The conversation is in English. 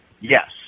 Yes